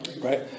Right